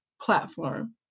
platform